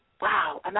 Wow